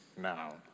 now